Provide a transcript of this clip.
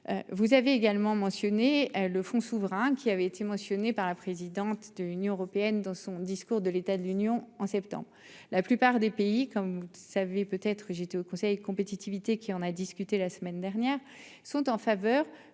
Vous avez également mentionné le fonds souverain qui avait été mentionné par la présidente de l'Union européenne dans son discours de l'état de l'Union en septembre. La plupart des pays, comme vous le savez peut-être, j'étais au Conseil compétitivité qui en a discuté la semaine dernière sont en faveur